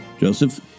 Joseph